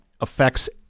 affects